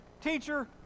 Teacher